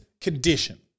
condition